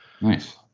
Nice